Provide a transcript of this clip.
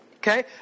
Okay